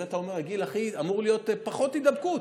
אתה אומר שזה הגיל שאמורה להיות בו הכי פחות הידבקות,